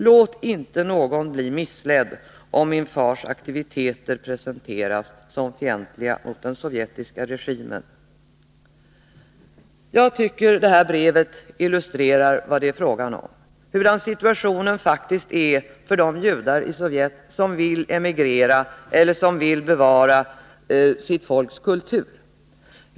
Måtte inte någon bli missledd, om fars aktiviteter presenteras som fientliga mot den sovjetiska regimen. Jag tycker att det här brevet verkligen illustrerar vad det är fråga om och hurdan situationen faktiskt är för de judar i Sovjet som vill emigrera eller som vill bevara sitt folks kultur.